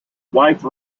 wife